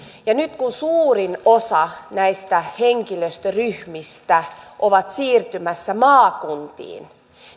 ja nyt kun suurin osa näistä henkilöstöryhmistä on siirtymässä maakuntiin